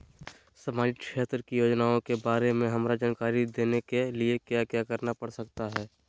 सामाजिक क्षेत्र की योजनाओं के बारे में हमरा जानकारी देने के लिए क्या क्या करना पड़ सकता है?